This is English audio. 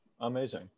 amazing